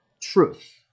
truth